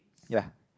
ya